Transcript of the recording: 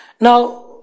Now